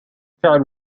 فعل